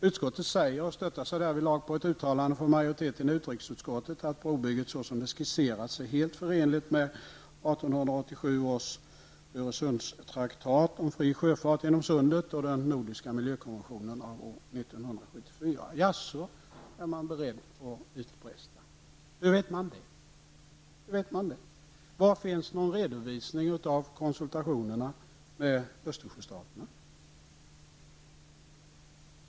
Utskottet säger -- och stöttar sig därvidlag på ett uttalande från majoriteten i utrikesutskottet -- att brobygget såsom det skisserats är helt förenligt med 1887 års är man beredd att utbrista. Hur vet man det? Var finns någon redovisning av konsultationerna med Östersjöstaterna?